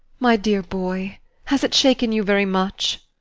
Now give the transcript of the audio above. my dear boy has it shaken you very much?